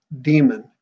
demon